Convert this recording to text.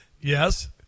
Yes